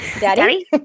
Daddy